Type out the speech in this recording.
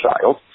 child